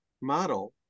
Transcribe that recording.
model